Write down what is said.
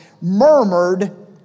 murmured